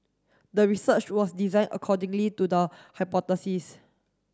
the research was designed accordingly to the hypothesis